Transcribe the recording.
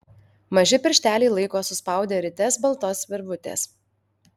maži piršteliai laiko suspaudę rites baltos virvutės